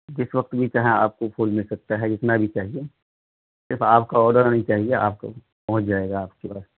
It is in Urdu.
جس وقت بھی چاہیں آپ کو پھول مل سکتا ہے جتنا بھی چاہیے صرف آپ کا آرڈر آنی چاہیے آپ کو پہنچ جائے گا آپ کے پاس